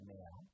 now